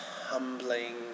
humbling